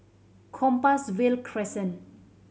Compassvale Crescent